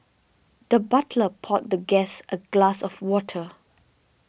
the butler poured the guest a glass of water